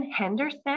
Henderson